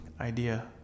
idea